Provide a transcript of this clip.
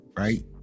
right